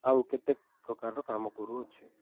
ଆଉ କେତେ ପ୍ରକାରର କାମ କରୁଅଛି